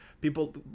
people